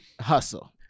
Hustle